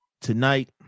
tonight